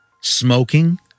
Smoking